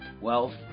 wealth